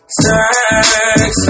sex